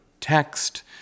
text